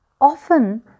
often